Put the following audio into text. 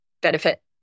benefit